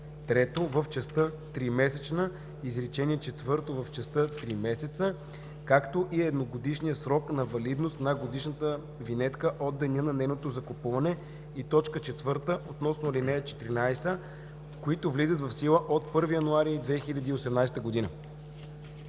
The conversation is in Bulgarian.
трето в частта „тримесечна“, изречение четвърто в частта „три месеца“, както и за едногодишния срок на валидност на годишната винетка от деня на нейното закупуване, и т. 4 относно ал. 14, които влизат в сила от 1 януари 2018 г.“